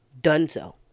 done-so